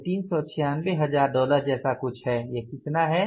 यह 396 हजार डॉलर जैसा कुछ है यह कितना है